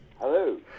Hello